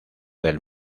del